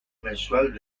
mensual